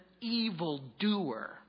evildoer